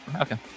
Okay